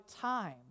time